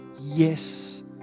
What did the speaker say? yes